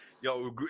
Yo